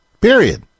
Period